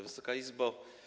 Wysoka Izbo!